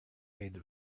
made